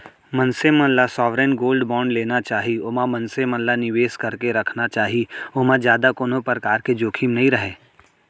मनसे मन ल सॉवरेन गोल्ड बांड लेना चाही ओमा मनसे मन ल निवेस करके रखना चाही ओमा जादा कोनो परकार के जोखिम नइ रहय